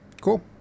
Cool